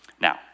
Now